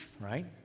right